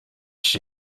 się